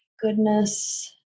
goodness